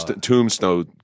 tombstone